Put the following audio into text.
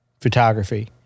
photography